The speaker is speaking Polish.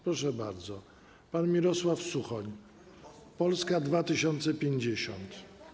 Proszę bardzo, pan Mirosław Suchoń, Polska 2050.